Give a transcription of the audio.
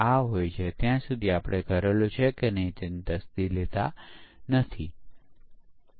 આ કિસ્સાઓમાં V એક સારું મોડેલ છે